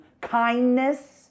Kindness